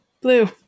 Blue